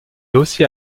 aussi